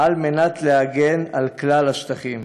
במטרה להגן על כלל השטחים.